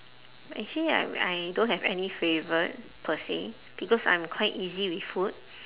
actually I I don't have any favourite per se because I'm quite easy with food